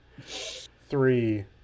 Three